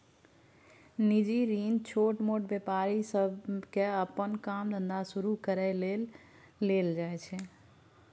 निजी ऋण छोटमोट व्यापारी सबके अप्पन काम धंधा शुरू करइ लेल लेल जाइ छै